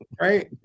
right